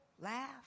laugh